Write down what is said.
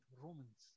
Romans